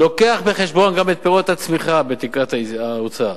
מביא בחשבון גם את פירות הצמיחה בתקרת האוצר.